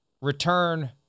return